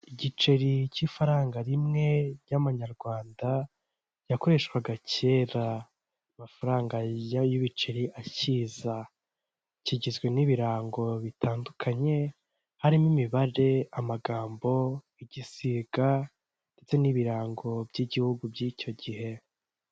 Igiceri cy'ifaranga rimwe ry'amanyarwanda yakoreshwaga kera amafaranga ya y'ibiceri akiza, kigizwe n'ibirango bitandukanye harimo imibare, amagambo, igisiga ndetse n'ibirango by'igihugu by'icyo gihe.